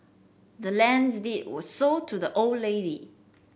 the land's deed was sold to the old lady